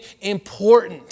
important